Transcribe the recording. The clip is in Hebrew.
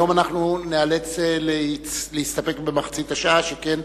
היום ניאלץ להסתפק במחצית השעה, שכן